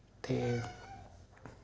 ते